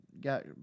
got